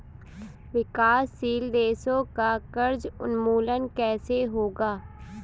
विकासशील देशों का कर्ज उन्मूलन कैसे होगा?